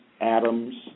Adam's